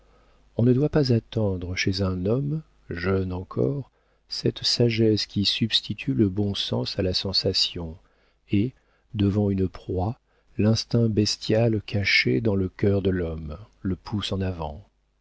on ne doit pas attendre chez un homme jeune encore cette sagesse qui substitue le bon sens à la sensation et devant une proie l'instinct bestial caché dans le cœur de l'homme le pousse en avant